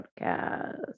podcast